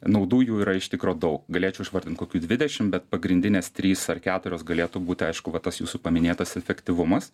naudų jų yra iš tikro daug galėčiau išvardint kokių dvidešimt bet pagrindinės trys ar keturios galėtų būti aišku va tas jūsų paminėtas efektyvumas